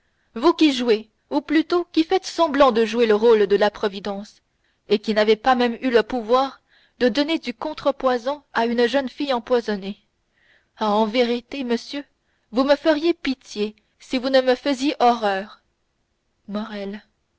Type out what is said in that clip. vous qui jouez ou plutôt qui faites semblant de jouer le rôle de la providence et qui n'avez pas même eu le pouvoir de donner du contrepoison à une jeune fille empoisonnée ah en vérité monsieur vous me feriez pitié si vous ne me faisiez horreur